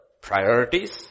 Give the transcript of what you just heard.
priorities